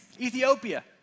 Ethiopia